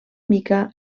mica